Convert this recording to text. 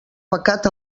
pecat